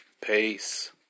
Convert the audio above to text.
Peace